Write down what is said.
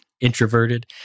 introverted